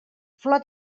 flor